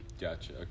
Gotcha